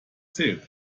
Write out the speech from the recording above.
zählt